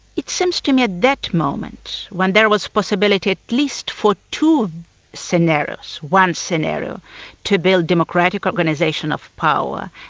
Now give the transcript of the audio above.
it seems to me at that moment when there was the possibility at least for two scenarios, one scenario to build democratic organisation of power,